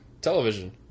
television